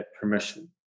permission